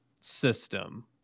system